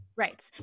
Right